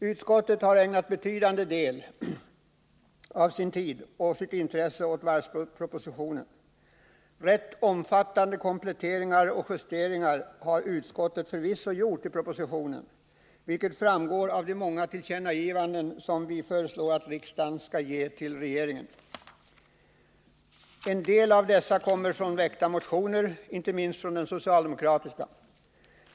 Utskottet har ägnat betydande tid och intresse åt varvspropositionen. Rätt omfattande kompletteringar och justeringar har utskottet förvisso gjort i propositionen, vilket framgår av de många tillkännagivanden vi föreslår att riksdagen skall ge regeringen. En hel del av dessa kommer från väckta motioner, inte minst från den socialdemokratiska sidan.